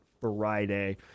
Friday